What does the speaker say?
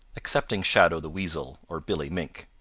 excepting shadow the weasel or billy mink.